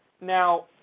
Now